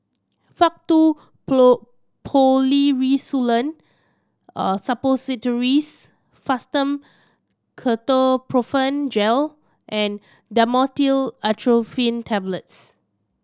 Faktu Policresulen Suppositories Fastum Ketoprofen Gel and Dhamotil Atropine Tablets